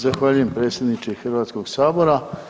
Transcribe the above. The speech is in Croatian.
Zahvaljujem predsjedniče Hrvatskog sabora.